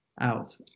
out